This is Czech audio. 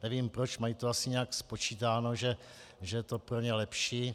Nevím proč, mají to asi nějak spočítáno, že je to pro ně lepší.